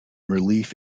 relief